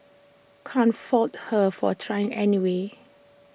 can't fault her for trying anyway